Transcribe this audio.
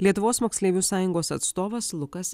lietuvos moksleivių sąjungos atstovas lukas